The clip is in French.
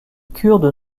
kurdes